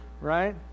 right